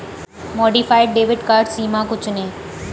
modified debit card सीमा को चुनें